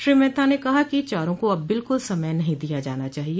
श्री मेहता ने कहा कि चारों को अब बिल्कुल समय नहीं दिया जाना चाहिए